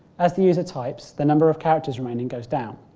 as the user types, the number of characters remaining goes down.